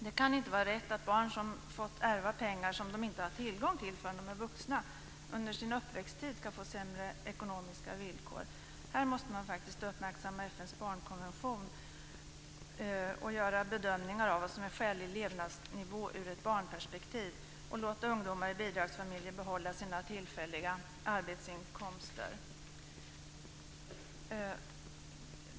Det kan inte vara rätt att barn som fått ärva pengar som de inte har tillgång till förrän de är vuxna under sin uppväxttid ska få sämre ekonomiska villkor. Här måste man faktiskt uppmärksamma FN:s barnkonvention och göra bedömningar av vad som är skälig levnadsnivå ur ett barnperspektiv och låta ungdomar i bidragsfamiljer behålla sina tillfälliga arbetsinkomster.